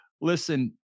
listen